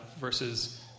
versus